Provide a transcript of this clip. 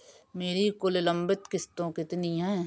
मेरी कुल लंबित किश्तों कितनी हैं?